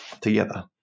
together